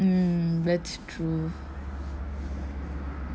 um that's true